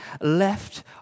left